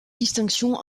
distinction